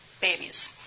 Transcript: babies